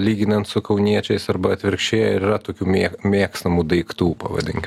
lyginant su kauniečiais arba atvirkščiai ar yra tokių mėk mėgstamų daiktų pavadinkim